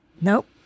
Nope